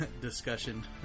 discussion